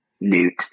Newt